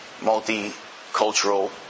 multicultural